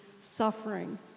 suffering